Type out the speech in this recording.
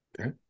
Okay